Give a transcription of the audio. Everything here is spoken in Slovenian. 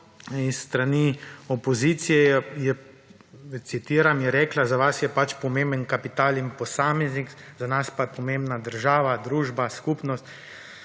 iz strani opozicije je, citiram, je rekla, za vas je pač pomemben kapital in posameznik, za nas pa je pomembna država, družba, skupnost